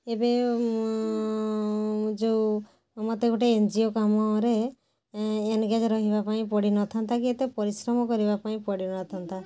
ଏବେ ଯେଉଁ ମୋତେ ଗୋଟେ ଏନ୍ ଜି ଓ କାମରେ ଏନଗେଜ୍ ରହିବା ପାଇଁ ପଡ଼ିନଥାନ୍ତା କି ଏତେ ପରିଶ୍ରମ କରିବା ପାଇଁ ପଡ଼ିନଥାନ୍ତା